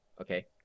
okay